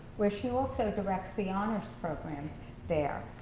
where she also directs the honors program there.